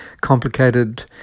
complicated